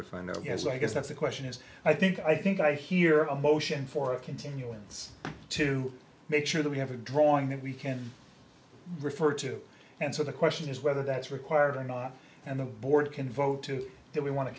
guess i guess that's the question is i think i think i hear a motion for a continuance to make sure that we have a drawing that we can refer to answer the question is whether that's required or not and the board can vote to that we want to